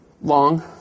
long